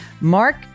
Mark